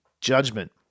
judgment